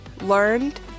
learned